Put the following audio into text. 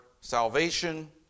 salvation